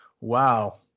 wow